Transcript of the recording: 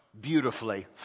beautifully